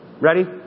Ready